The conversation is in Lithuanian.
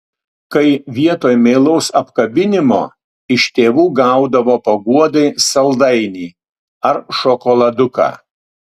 kai vietoj meilaus apkabinimo iš tėvų gaudavo paguodai saldainį ar šokoladuką